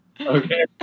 Okay